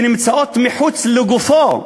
נמצאים מחוץ לגופו,